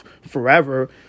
forever